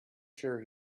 sure